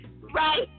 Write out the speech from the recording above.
Right